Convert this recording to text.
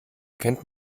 kennt